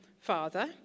Father